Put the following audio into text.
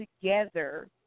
together